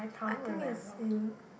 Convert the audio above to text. I think it's in